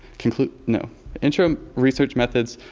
no, intro, research methods,